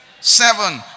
Seven